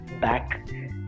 back